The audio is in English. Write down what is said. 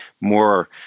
more